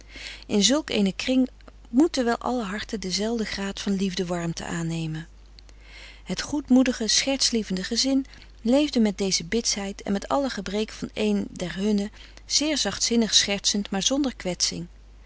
in zulk eenen kring moeten wel alle harten denzelfden graad van liefde warmte aannemen het goed moedige scherts lievende gezin leefde met deze bitsheid en met alle gebreken van een der hunnen zeer zachtzinnig schertsend maar zonder